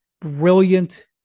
brilliant